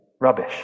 rubbish